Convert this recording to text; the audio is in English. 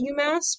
UMass